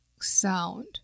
sound